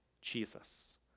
Jesus